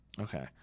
Okay